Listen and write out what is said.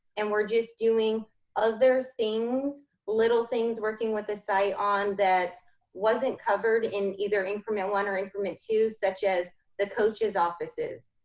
and we're just doing other things, little things working with the site on that wasn't covered in either increment one or increment two, such as the coaches' offices.